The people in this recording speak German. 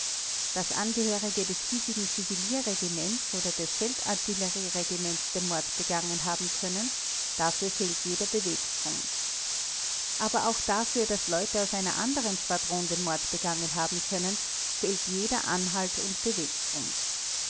daß angehörige des hiesigen füsilierregiments oder des feldartillerieregiments den mord begangen haben können dafür fehlt jeder beweggrund aber auch dafür daß leute aus einer anderen schwadron den mord begangen haben können fehlt jeder anhalt und beweggrund